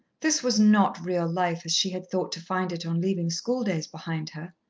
this was not real life as she had thought to find it on leaving schooldays behind her.